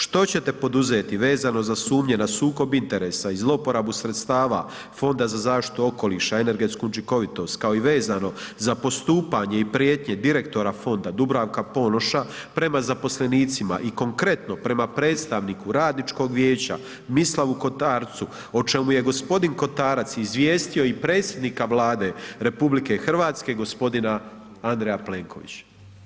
Što ćete poduzeti vezano za sumnje na sukob interesa i zlouporabu sredstava Fonda za zaštitu okoliša, energetsku učinkovitost kao i vezano za postupanje i prijetnje direktora fonda Dubravka Ponoša prema zaposlenicima i konkretno prema predstavniku radničkog vijeća Mislavu Kotarcu o čemu je gospodin Kotarac izvijestio i predsjednika Vlade RH, gospodina Andreja Plenkovića?